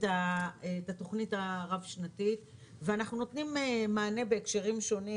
את התוכנית הרב שנתית ואנחנו נותנים מענה בהקשרים שונים,